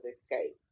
escape